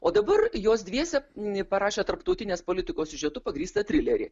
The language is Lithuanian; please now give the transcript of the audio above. o dabar jos dviese parašė tarptautinės politikos siužetu pagrįstą trilerį